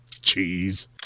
Cheese